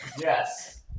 Yes